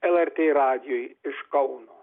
lrt radijui iš kauno